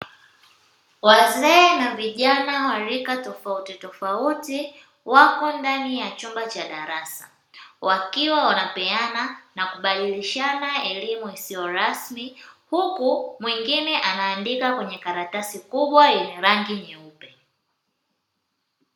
Wazee na vijana wa rika tofauti tofauti wapo ndani ya chumba cha darasa, wakiwa wanapeana na kubadilishana elimu isiyo rasmi huku mwingine ana andika kwenye karatasi kubwa yenye rangi nyeupe.